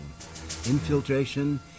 infiltration